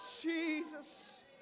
Jesus